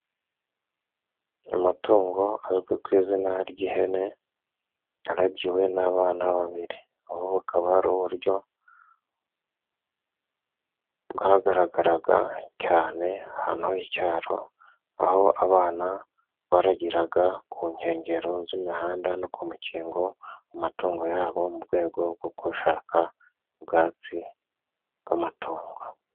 Amatungo azwi ku izina ry'ihene aragiwe n'abana babiri, ubu bakaba ari uburyo bwagaragaraga cyane ahantu h'icyaro, aho abana baragiraga ku nkengero z'imihanda no ku mikingo amatungo yabo, mu rwego rwo gushaka ubwatsi bw'amatungo.